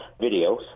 videos